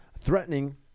threatening